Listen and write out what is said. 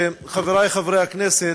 חבריי חברי הכנסת,